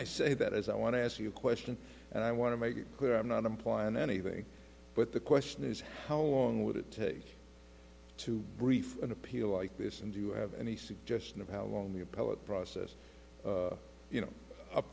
i say that as i want to ask you a question and i want to make it clear i'm not implying anything but the question is how long would it take to brief an appeal like this and do you have any suggestion of how long the appellate process you know up